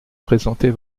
présenter